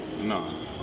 No